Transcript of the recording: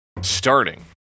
starting